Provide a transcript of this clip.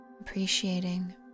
appreciating